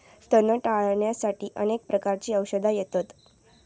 तण टाळ्याण्यासाठी अनेक प्रकारची औषधा येतत